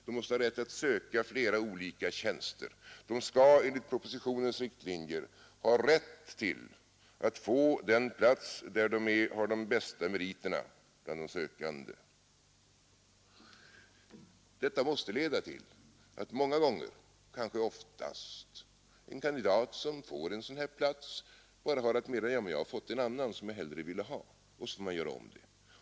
De skall enligt propositionens riktlinjer ha rätt att få den plats där de har de bästa meriterna bland de sökande. Det måste många gånger, kanske oftast, leda till att en kandidat som får en sådan här tjänst meddelar att han har fått en annan tjänst som han hellre vill ha, och så måste man göra om hela meritvärderingsförfarandet.